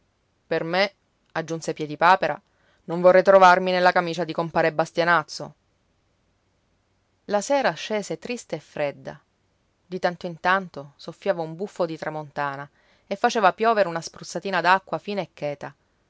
per me aggiunse piedipapera non vorrei trovarmi nella camicia di compare bastianazzo la sera scese triste e fredda di tanto in tanto soffiava un buffo di tramontana e faceva piovere una spruzzatina d'acqua fina e cheta